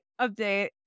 update